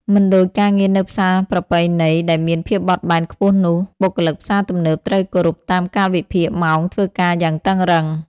មិនដូចការងារនៅផ្សារប្រពៃណីដែលមានភាពបត់បែនខ្ពស់នោះ បុគ្គលិកផ្សារទំនើបត្រូវគោរពតាមកាលវិភាគម៉ោងធ្វើការយ៉ាងតឹងរ៉ឹង។